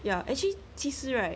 ya actually 其实 right